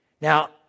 Now